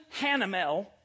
Hanamel